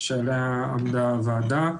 שעליה עמדה הוועדה.